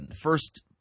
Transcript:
first